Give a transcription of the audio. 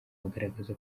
bagaragaza